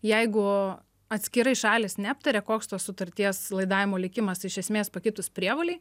jeigu atskirai šalys neaptarė koks tos sutarties laidavimo likimas iš esmės pakitus prievolei